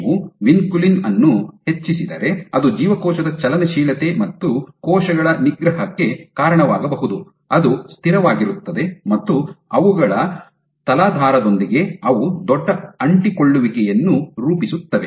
ನೀವು ವಿನ್ಕುಲಿನ್ ಅನ್ನು ಹೆಚ್ಚಿಸಿದರೆ ಅದು ಜೀವಕೋಶದ ಚಲನಶೀಲತೆ ಮತ್ತು ಕೋಶಗಳ ನಿಗ್ರಹಕ್ಕೆ ಕಾರಣವಾಗಬಹುದು ಅದು ಸ್ಥಿರವಾಗಿರುತ್ತದೆ ಮತ್ತು ಅವು ಅವುಗಳ ತಲಾಧಾರದೊಂದಿಗೆ ದೊಡ್ಡ ಅಂಟಿಕೊಳ್ಳುವಿಕೆಯನ್ನು ರೂಪಿಸುತ್ತವೆ